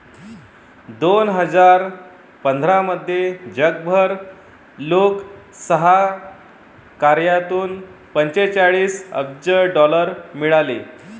दोन हजार पंधरामध्ये जगभर लोकसहकार्यातून पंचेचाळीस अब्ज डॉलर मिळाले